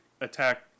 attack